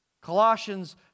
Colossians